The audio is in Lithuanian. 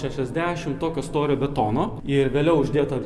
šešiasdešim tokio storio betono ir vėliau uždėta